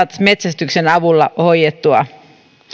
metsästyksen avulla hoidettua